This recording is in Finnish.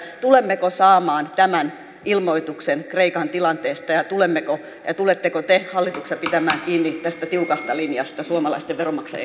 tulemmeko saamaan tämän ilmoituksen kreikan tilanteesta ja tuletteko te hallituksessa pitämään kiinni tästä tiukasta linjasta suomalaisten veronmaksajien kannalta